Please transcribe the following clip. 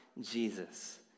Jesus